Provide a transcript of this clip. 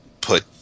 put